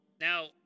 Now